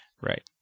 right